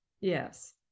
Yes